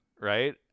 Right